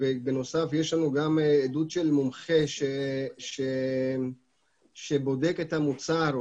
ובנוסף יש לנו גם עדות של מומחה שבודק את המוצר או